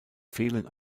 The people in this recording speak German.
fehlen